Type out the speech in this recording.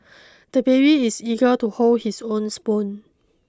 the baby is eager to hold his own spoon